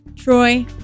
Troy